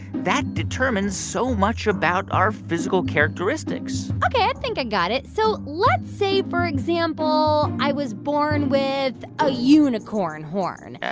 that determines so much about our physical characteristics ok, i think i got it. so let's say for example i was born with a unicorn horn.